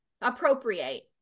Appropriate